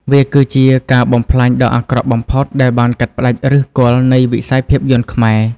វាគឺជាការបំផ្លាញដ៏អាក្រក់បំផុត ដែលបានកាត់ផ្តាច់ឫសគល់នៃវិស័យភាពយន្តខ្មែរ។